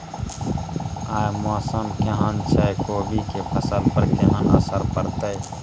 आय मौसम केहन छै कोबी के फसल पर केहन असर परतै?